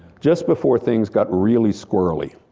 just before things got really squirrelly.